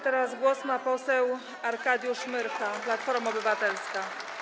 Teraz głos ma poseł Arkadiusz Myrcha, Platforma Obywatelska.